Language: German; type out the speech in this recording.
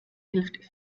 hilft